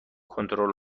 کنترل